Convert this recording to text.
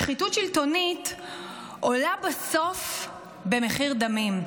שחיתות שלטונית עולה בסוף במחיר דמים.